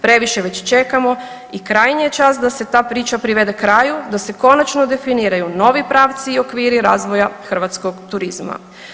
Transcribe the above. Previše već čekamo i krajnji je čas da se ta priča privede kraju, da se konačno definiraju novi pravci i okviri razvoja hrvatskog turizma.